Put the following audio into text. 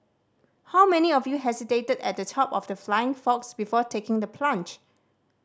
how many of you hesitated at the top of the flying fox before taking the plunge